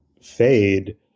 fade